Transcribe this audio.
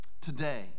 today